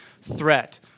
threat